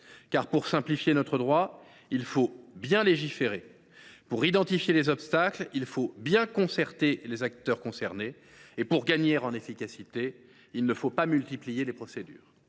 Car, pour simplifier notre droit, il faut bien légiférer ; pour identifier les obstacles, il faut bien concerter les acteurs concernés ; et pour gagner en efficacité, il ne faut pas multiplier les procédures.